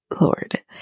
Lord